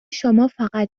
شمافقط